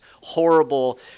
horrible